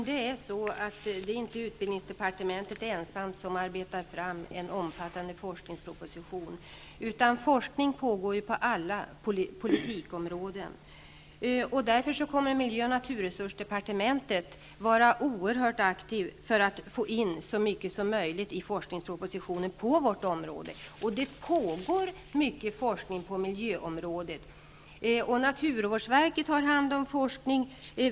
Herr talman! Det är inte utbildningsdepartementet ensamt som arbetar fram en omfattande forskningsproposition, utan forskning pågår på alla politikområden. Därför kommer miljö och naturresursdepartementet att vara oerhört aktivt för att få in i forskningspropositionen så mycket som möjligt på vårt område. Det pågår mycket forskning på miljöområdet. Naturvårdsverket har hand om forskning.